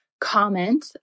comment